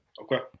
Okay